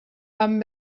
vam